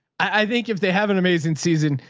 i think if they have an amazing season,